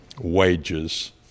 Wages